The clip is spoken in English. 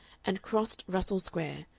and crossed russell square,